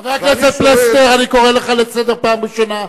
חבר הכנסת פלסנר, אני קורא לך לסדר פעם ראשונה.